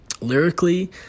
Lyrically